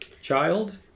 child